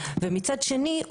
ומצד שני,